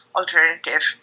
alternative